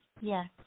Yes